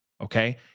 Okay